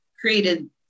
created